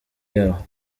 yabo